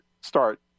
start